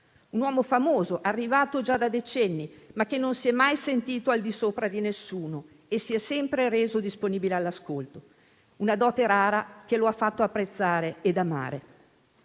Un uomo famoso, arrivato già da decenni, ma che non si è mai sentito al di sopra di nessuno e si è sempre reso disponibile all'ascolto; una dote rara che lo ha fatto apprezzare ed amare.